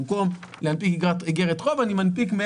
במקום להנפיק איגרת חוב אני מנפיק,